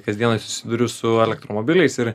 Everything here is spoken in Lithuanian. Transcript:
kasdieną susiduriu su elektromobiliais ir